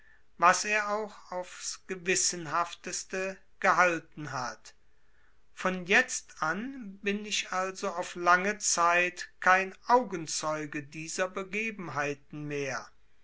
was er auch aufs gewissenhafteste gehalten hat von jetzt an bin ich also auf lange zeit kein augenzeuge dieser begebenheiten mehr